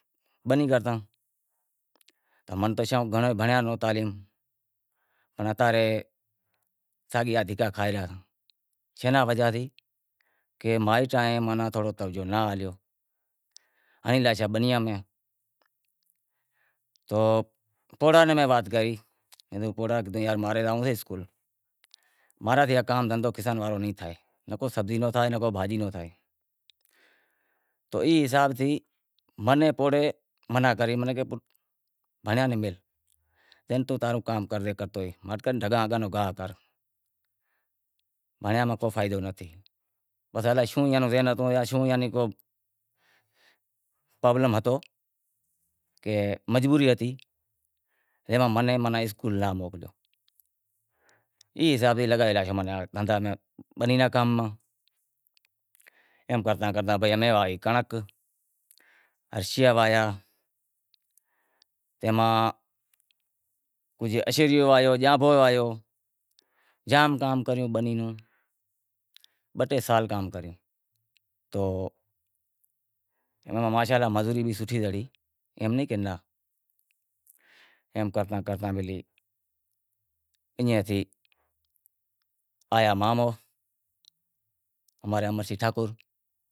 بنی کرتا تو گھنڑو ئی بھنڑیا تعلیم ماناں ساگی اے دھکا کھائے ریا ساں، اینا وجہ تھیں کہ مائیٹاں نیں توجہ تھوڑو ناں ہالیو ہنڑی لاشو بنیاں میں تو پوڑہا نیں میں وات کری اے ماں رو زاونڑو سے اسکول، ماں نیں ای کام دہندہو نہیں تھے نکو سبزی روں تھائے نکو بھاجی روں تھائے تو ای حساب تھائی منیں پوڑہے منع کری کہ بھنڑیا نہیں میہل، اینو تو تاں رو کام سے ماٹھ کرے ڈھگا ہاکل گاہ کر، بھنڑیا ماں کو فائدو نہ تھی، پسے الائے شوں ایئاں روں ذہن ہتو شوں ایئاں نیں کو پرابلم ہتو مجبوری ہتی، ایوا منیں موں نیں اسکول ناں موکلیو ای حساب سیں لگائے لاشوں دہندہا میں بنی ری کام میں، ایم کرتا کرتا ہوے آئی کنڑنک، ہرشیا واہویا تے ماں ہرشیو واہویو، جانبھو واہویو جام کام کریو بنی رو بہ ٹے سال کام کریو تو ماشا الا مزوری بھی سوٹھی زڑی ایم نہیں کہ ناں، ایم کرتا کرتا ایئں تھی آیا ماموں مارے امرشی ٹھاکر